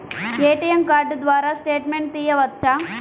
ATM card ద్వారా statement తీయవచ్చా?